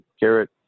Garrett